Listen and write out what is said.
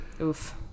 Oof